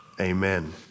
Amen